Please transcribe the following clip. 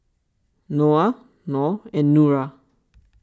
Noah Nor and Nura